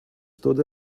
stood